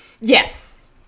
yes